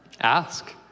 Ask